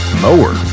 mower